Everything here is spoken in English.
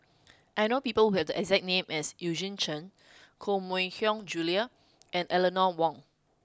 I know people who have the exact name as Eugene Chen Koh Mui Hiang Julie and Eleanor Wong